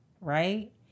right